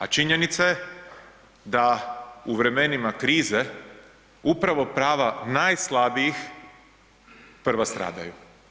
A činjenica je da u vremenima krize upravo prava najslabijih prva stradaju.